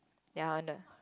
ya on the